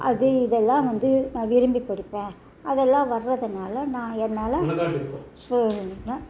அது இதெல்லாம் வந்து நான் விரும்பிப் படிப்பேன் அதெல்லாம் வர்றதுனால நான் என்னால்